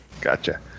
Gotcha